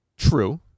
True